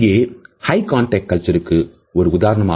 இங்கே high context கல்ச்சருக்கு ஒரு உதாரணம்